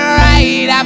right